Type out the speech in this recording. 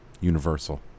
Universal